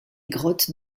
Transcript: grottes